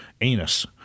anus